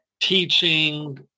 teaching